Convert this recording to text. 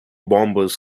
bombers